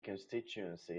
constituency